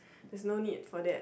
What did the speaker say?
there's no need for that